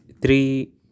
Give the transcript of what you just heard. three